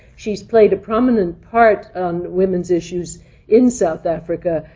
she's played a prominent part on women's issues in south africa.